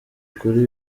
kuri